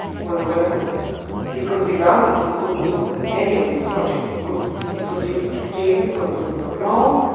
was worth it because without it we couldn't do any of this project, we couldn't introduce the gene because it was not known,